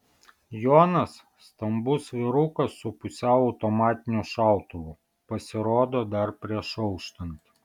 jonas stambus vyrukas su pusiau automatiniu šautuvu pasirodo dar prieš auštant